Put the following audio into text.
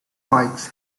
bikes